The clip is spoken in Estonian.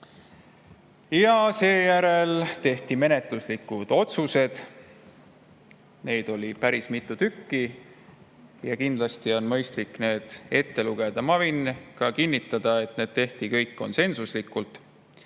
Seejärel tehti menetluslikud otsused. Neid oli päris mitu ja kindlasti on mõistlik need ette lugeda. Ma võin kinnitada, et kõik need tehti konsensuslikult.